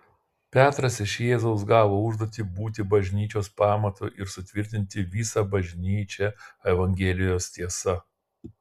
petras iš jėzaus gavo užduotį būti bažnyčios pamatu ir sutvirtinti visą bažnyčią evangelijos tiesa